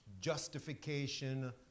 justification